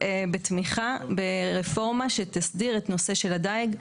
בתמיכה ברפורמה שתסדיר את הנושא של הדייג.